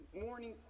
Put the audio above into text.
morning